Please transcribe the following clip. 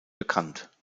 bekannt